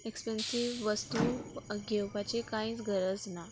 expensive वस्तू घेवपाचे कांयच गरज ना